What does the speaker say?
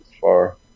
far